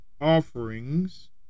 offerings